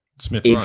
smith